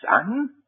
son